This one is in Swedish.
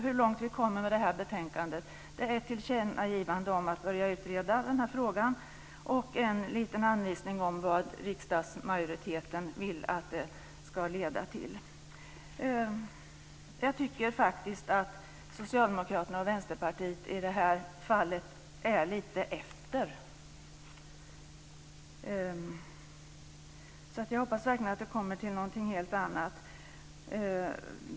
Hur långt vi kommer med detta betänkande är ett tillkännagivande om att börja utreda den när frågan och en liten anvisning om vad riksdagsmajoriteten vill att det ska leda till. Jag tycker faktiskt att Socialdemokraterna och Vänsterpartiet i detta fall är lite efter. Jag hoppas därför verkligen att det leder fram till något helt annat.